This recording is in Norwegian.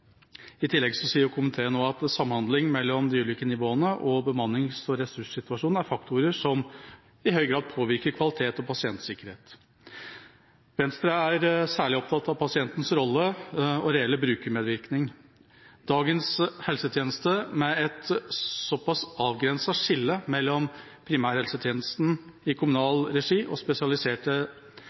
i høy grad påvirker kvalitet og pasientsikkerhet. Venstre er særlig opptatt av pasientens rolle og reelle brukermedvirkning. Dagens helsetjeneste, med et såpass avgrenset skille mellom primærhelsetjenesten i kommunal regi og spesialiserte